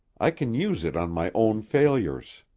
i can use it on my own failures.